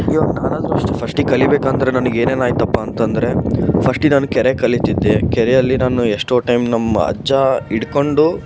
ಇವಾಗ ನಾನಾದರೂ ಅಷ್ಟೇ ಫಶ್ಟಿಗೆ ಕಲಿಬೇಕೆಂದರೆ ನನಗೆ ಏನೇನು ಆಯಿತಪ್ಪ ಅಂತ ಅಂದ್ರೆ ಫಶ್ಟಿಗೆ ನಾನು ಕೆರೆಗೆ ಕಲಿತಿದ್ದೆ ಕೆರೆಯಲ್ಲಿ ನಾನು ಎಷ್ಟೋ ಟೈಮ್ ನಮ್ಮ ಅಜ್ಜ ಹಿಡ್ಕೊಂಡು